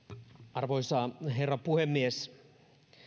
arvoisa herra puhemies